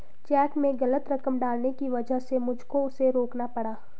check में गलत रकम डालने की वजह से मुझको उसे रोकना पड़ा